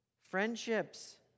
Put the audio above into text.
Friendships